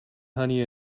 honey